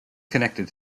connected